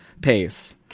pace